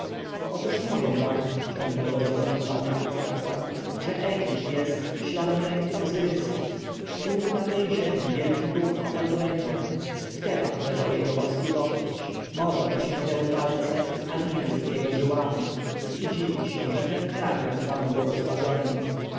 otóż mówię wam ciągnął rozgorączkowany arcykapłan że egipt jest śladem ręki ozyrysa tu na tej ziemi wielki bóg oparł rękę w tebach leżał jego boski łokieć morza dosięgnęły palce a nil jest jego żyłami i dziwić się że ten kraj nazywamy błogosławionym